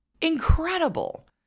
Incredible